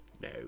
No